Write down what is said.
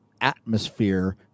atmosphere